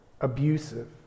abusive